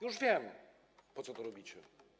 Już wiem, po co to robicie.